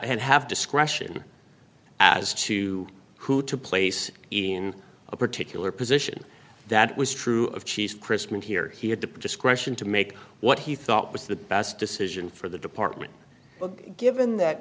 and have discretion as to who to place in a particular position that was true of chief chrisman here he had to put discretion to make what he thought was the best decision for the department given that